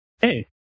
hey